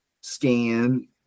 scan